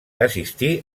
assistí